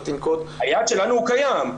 כרגע היעד שלנו הוא קיים.